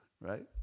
right